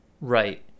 Right